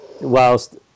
whilst